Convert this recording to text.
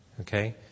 Okay